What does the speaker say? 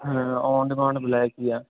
ਹਾਂ on demand black ਹੀ ਹੈ